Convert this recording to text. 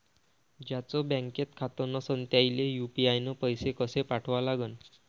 ज्याचं बँकेत खातं नसणं त्याईले यू.पी.आय न पैसे कसे पाठवा लागन?